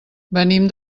venim